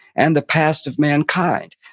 and the past of mankind.